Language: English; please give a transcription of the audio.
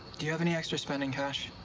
do you have any extra spending cash?